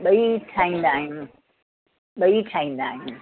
ॿई ठाहींदा आहियूं ॿई ठाहींदा आहियूं